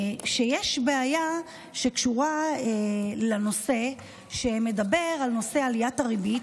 שיש בעיה שקשורה לנושא שמדבר על עליית הריבית